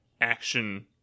action